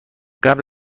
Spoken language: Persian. قبل